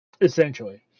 Essentially